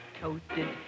toasted